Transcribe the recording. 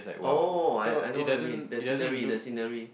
oh I I know what you mean the scenery the scenery